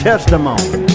Testimony